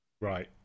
Right